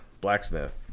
blacksmith